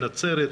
נצרת,